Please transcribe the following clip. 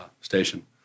station